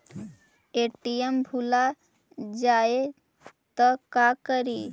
ATM भुला जाये त का करि?